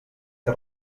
que